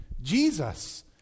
jesus